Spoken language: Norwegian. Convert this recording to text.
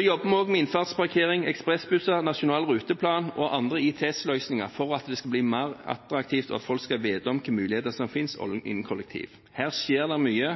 jobber også med innfartsparkering, ekspressbusser, nasjonal ruteplan og ITS-løsninger for at kollektivtransport skal bli mer attraktivt, og for at folk skal vite om hvilke muligheter som finnes innen kollektivtransport. Her skjer det mye,